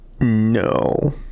no